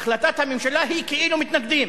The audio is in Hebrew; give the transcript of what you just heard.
החלטת הממשלה היא כאילו מתנגדים,